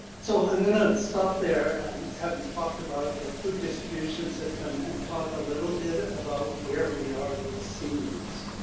so i'm going to stop there, and having talked about the food distribution system, and talk a little bit about where we are with seniors.